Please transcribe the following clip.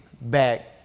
back